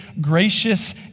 gracious